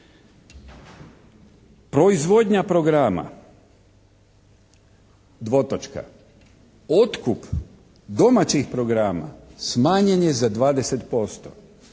Proizvodnja programa: otkup domaćih programa smanjen je za 20%.